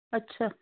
ਅੱਛਾ